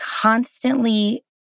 constantly